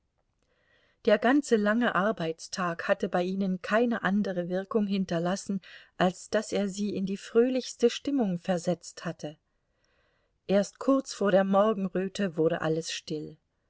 der ganze lange arbeitstag hatte bei ihnen keine andere wirkung hinterlassen als daß er sie in die fröhlichste stimmung versetzt hatte erst kurz vor der morgenröte wurde alles still